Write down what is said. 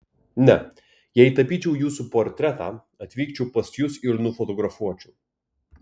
ne jei tapyčiau jūsų portretą atvykčiau pas jus ir nufotografuočiau